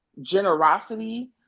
generosity